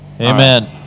Amen